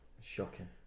Shocking